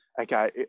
okay